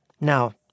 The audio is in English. Now